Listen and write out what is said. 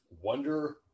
Wonder